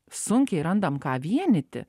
sunkiai randam ką vienyti